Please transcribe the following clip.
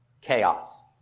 chaos